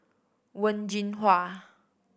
Wen Jinhua